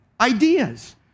ideas